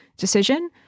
decision